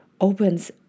opens